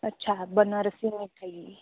अच्छा बनारसी मिठाई